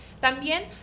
también